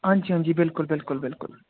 हांजी हांजी बिल्कुल बिल्कुल